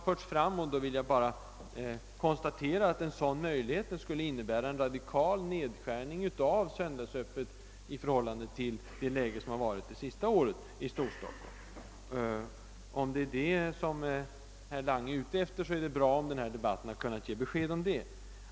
Jag vill bara konstatera att en sådan lösning skulle innebära en radikal nedskärning av söndagsöppethållandet i förhållande till situationen under det senaste året i Stockholm. Om det är detta som herr Lange är ute efter, är det bra om denna debatt kunnat ge besked om det.